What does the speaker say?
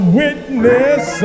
witness